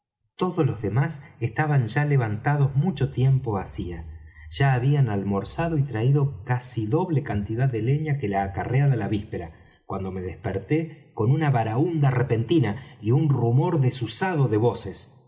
todos los demás estaban ya levantados mucho tiempo hacía ya habían almorzado y traído casi doble cantidad de leña que la acarreada la víspera cuando me desperté con una baraúnda repentina y un rumor desusado de voces